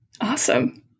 Awesome